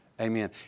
Amen